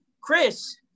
Chris